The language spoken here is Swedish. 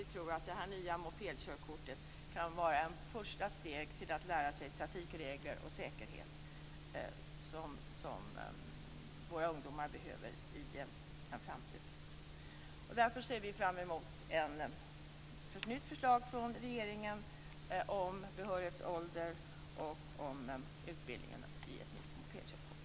Vi tror att det nya mopedkörkortet kan vara ett första steg mot att lära sig trafikregler och säkerhet, som våra ungdomar behöver i framtiden. Därför ser vi fram emot ett nytt förslag från regeringen om behörighetsålder och om utbildningen när det gäller ett nytt mopedkörkort.